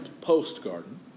post-garden